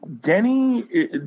Denny